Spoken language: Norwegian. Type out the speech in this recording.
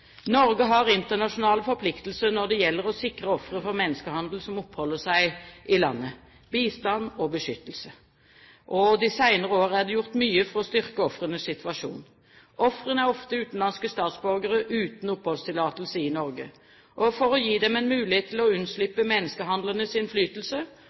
Norge har internasjonale forpliktelser når det gjelder å sikre ofre for menneskehandel som oppholder seg i landet, bistand og beskyttelse. De senere år er det gjort mye for å styrke ofrenes situasjon. Ofrene er ofte utenlandske statsborgere uten oppholdstillatelse i Norge. For å gi dem en mulighet til å